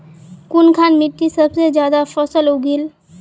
कुनखान मिट्टी सबसे ज्यादा फसल उगहिल?